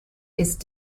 ist